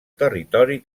territori